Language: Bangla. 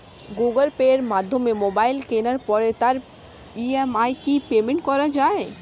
গুগোল পের মাধ্যমে মোবাইল কেনার পরে তার ই.এম.আই কি পেমেন্ট করা যায়?